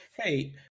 hey